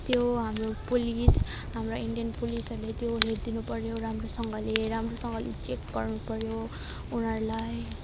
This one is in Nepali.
त्यो हाम्रो पुलिस हाम्रो इन्डियन पुलिसहरूले त्यो हेरिदिनु पर्यो राम्रोसँगले राम्रोसँगले चेक गर्नु पर्यो उनीहरूलाई